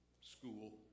school